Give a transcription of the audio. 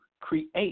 create